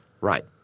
Right